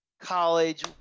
college